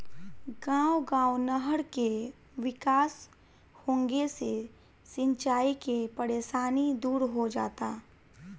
गांव गांव नहर के विकास होंगे से सिंचाई के परेशानी दूर हो जाता